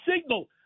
signal